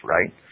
right